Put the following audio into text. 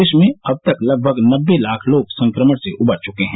देश में अब तक लगभग नबे लाख लोग संक्रमण से उबर चुके हैं